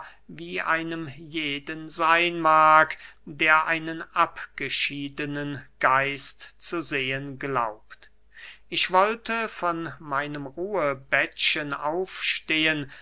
wie einem jeden seyn mag der einen abgeschiedenen geist zu sehen glaubt ich wollte von meinem ruhebettchen aufstehen